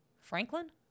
Franklin